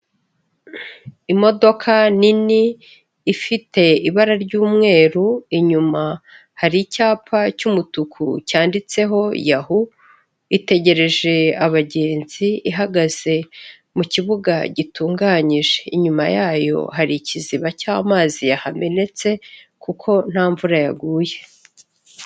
Imodoka nini ifite ibara ry'umweru inyuma hari icyapa cy'umutuku cyanditseho Yahu itegereje abagenzi ihagaze mu kibuga gitunganyije, inyuma yayo hari ikiziba cy'amazi yahamenetse kuko nta mvura yaguye.